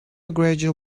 gradual